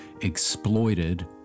exploited